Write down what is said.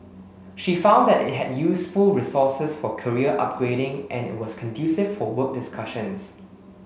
she found that it had useful resources for career upgrading and was conducive for work discussions